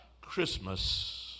Christmas